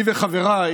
אני וחבריי